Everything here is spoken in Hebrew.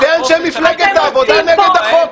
שני אנשי מפלגת העבודה נגד החוק.